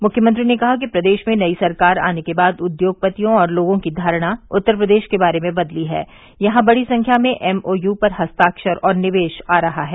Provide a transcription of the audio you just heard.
मुख्यमंत्री ने कहा कि प्रदेश में नई सरकार आने के बाद उद्योगपतियों और लोगों की धारणा उत्तर प्रदेश के बारे में बदली है यहां बड़ी संख्या में एमओयू पर हस्ताक्षर और निवेश आ रहा है